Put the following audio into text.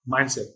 mindset